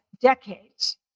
decades